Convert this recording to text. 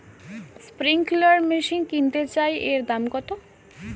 Sprinkler machine কিনতে চাই এর দাম কত?